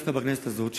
דווקא בכנסת הזאת,